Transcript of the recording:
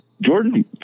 Jordan